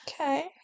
okay